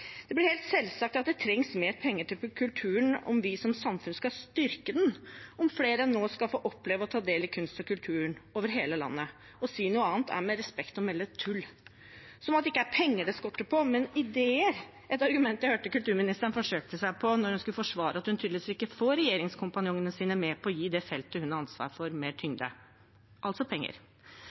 og blir helt selvsagt at det trengs mer penger til kulturen om vi som samfunn skal styrke den, og om flere enn nå skal få oppleve å ta del i kunsten og kulturen over hele landet. Å si noe annet er, med respekt å melde, tull. Som om det ikke er penger det skorter på, men ideer, et argument jeg hørte kulturministeren forsøkte seg på da hun skulle forsvare at hun tydeligvis ikke får regjeringskompanjongene sine med på å gi det feltet hun har ansvaret for, mer tyngde – altså penger!